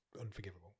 unforgivable